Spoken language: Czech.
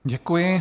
Děkuji.